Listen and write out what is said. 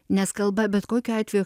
nes kalba bet kokiu atveju